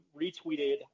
retweeted